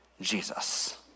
Jesus